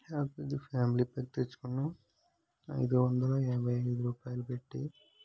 యప్పీది family pack తెచ్చుకున్నాము ఐదు వందల ఎనభై ఐదు రూపాయలు పెట్టి